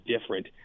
different